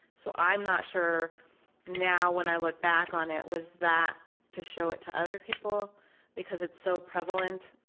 so i'm not sure now when i look back on it, was that to show it to other people because it's so prevalent?